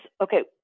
okay